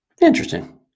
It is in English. Interesting